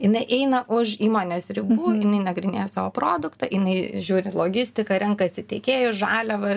jinai eina už įmonės ribų jinai nagrinėja savo produktą jinai žiūri logistiką renkasi tiekėjus žaliavas